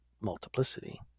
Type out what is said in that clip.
multiplicity